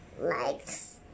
likes